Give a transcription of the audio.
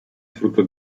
frutto